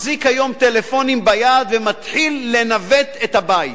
מחזיק טלפונים ביד ומתחיל לנווט את הבית,